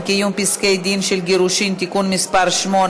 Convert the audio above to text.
(קיום פסקי-דין של גירושין) (תיקון מס' 8),